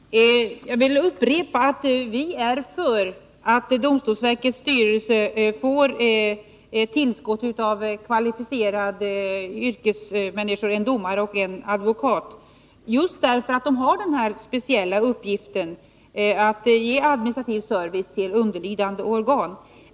Herr talman! Jag vill upprepa att vi är för att domstolsverkets styrelse får ett tillskott av kvalificerade yrkesmänniskor, en domare och en advokat, just därför att domstolsverket har den speciella uppgiften att ge administrativ service till underlydande organ.